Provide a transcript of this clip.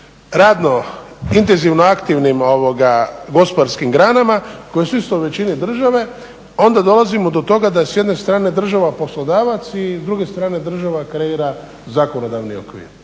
radno intenzivno aktivnim gospodarskim granama koje su isto u većini države, onda dolazimo do toga da je s jedne strane država poslodavac i s druge strane država kreira zakonodavni okvir.